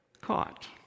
caught